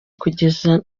kugeza